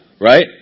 right